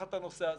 לקחת את הנושא הזה,